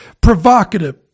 provocative